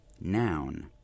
noun